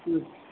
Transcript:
ಹ್ಞೂ